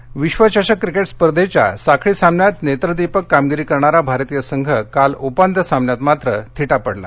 cricket विश्वचषक cricket स्पर्धेच्या साखळी सामन्यात नेत्रदीपक कामगिरी करणारा भारतीय संघ काल उपांत्य सामन्यात मात्र थिटा पडला